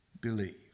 believe